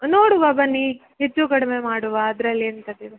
ನೋಡುವ ಬನ್ನಿ ಹೆಚ್ಚು ಕಡಿಮೆ ಮಾಡುವ ಅದ್ರಲ್ಲಿ ಎಂಥದಿದೆ